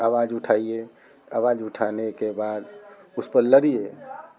आवाज उठाइए आवाज उठाने के बाद उस पर लड़िये